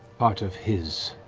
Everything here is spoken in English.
part of his